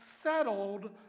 settled